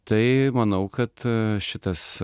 tai manau kad šitas